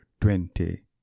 twenty